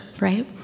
right